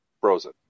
frozen